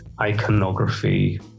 iconography